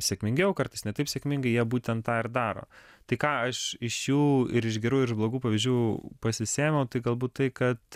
sėkmingiau kartais ne taip sėkmingai jie būtent tą ir daro tai ką aš iš jų ir iš gerų ir iš blogų pavyzdžių pasisėmiau tai galbūt tai kad